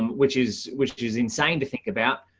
which is which is insa e and to think about.